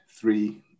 three